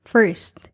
First